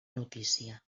notícia